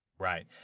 Right